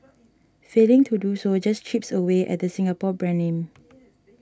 failing to do so just chips away at the Singapore brand name